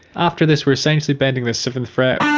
after this we're essentially bending this seventh fret